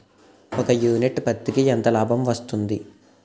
ఒక యూనిట్ పత్తికి ఎంత లాభం వస్తుంది?